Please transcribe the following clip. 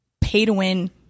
pay-to-win